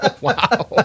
Wow